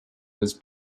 was